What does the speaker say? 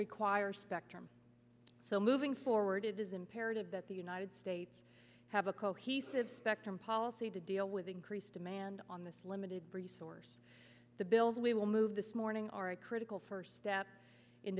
requires spectrum so moving forward it is imperative that the united states have a cohesive spectrum policy to deal with increased demand on this limited resource to build we will move this morning are a critical first step in